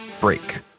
break